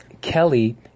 Kelly